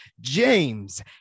James